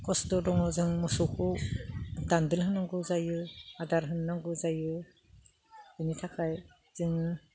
खस्त' दङ जों मोसौखौ दान्दोल होनांगौ जायो आदार होनो नांगौ जायो बेनि थाखाय जोङो